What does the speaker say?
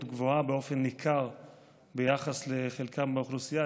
גבוהה באופן ניכר ביחס לחלקה באוכלוסייה,